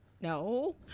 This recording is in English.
no